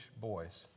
boys